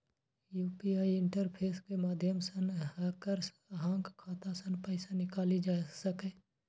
UPI interface के माध्यम सं हैकर्स अहांक खाता सं पैसा निकालि सकैए